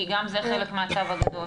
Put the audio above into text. כי גם זה חלק מהצו הגדול?